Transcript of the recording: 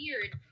weird